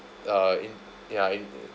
uh in ya in